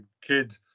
kid